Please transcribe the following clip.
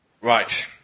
Right